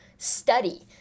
study